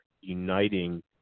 uniting